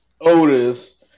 Otis